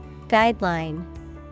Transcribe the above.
Guideline